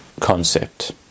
concept